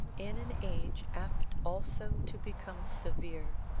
in an age apt also to become severe,